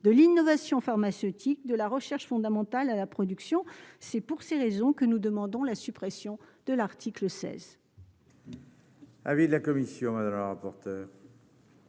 de l'innovation pharmaceutique de la recherche fondamentale à la production c'est pour ces raisons que nous demandons la suppression de l'article 16.